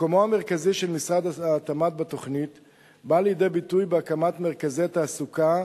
מקומו המרכזי של משרד התמ"ת בתוכנית בא לידי ביטוי בהקמת מרכזי תעסוקה